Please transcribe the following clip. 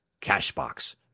Cash-box